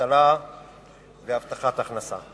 אבטלה והבטחת הכנסה.